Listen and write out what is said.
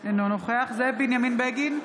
אינו נוכח זאב בנימין בגין,